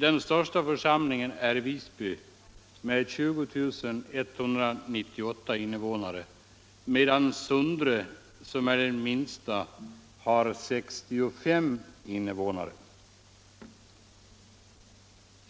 Den största församlingen är Visby med 20 198 invånare, medan Sundre som är minst har 65 invånare.